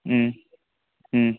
ꯎꯝ ꯎꯝ